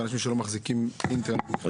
ולאנשים שלא מחזיקים אינטרנט.